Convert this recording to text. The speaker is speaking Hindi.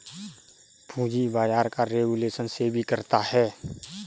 पूंजी बाजार का रेगुलेशन सेबी करता है